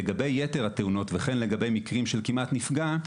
לגבי יתר התאונות וכן לגבי מקרים של "כמעט נפגע",